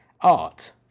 art